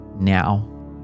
now